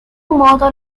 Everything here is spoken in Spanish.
modo